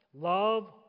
love